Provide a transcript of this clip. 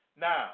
Now